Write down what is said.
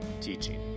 teaching